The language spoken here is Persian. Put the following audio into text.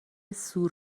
سور